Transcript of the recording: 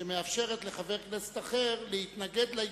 שמאפשרת לחבר כנסת אחר להתנגד להתנגדות.